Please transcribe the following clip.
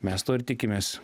mes to ir tikimės